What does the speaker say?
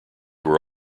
were